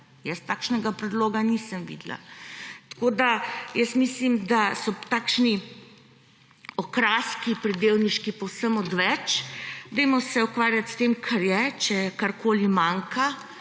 Jaz takšnega predloga nisem videla. Tako mislim, da so takšni okraski pridevniški povsem odveč. Ukvarjajmo se s tem, kar je. Če karkoli manjka